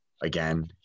Again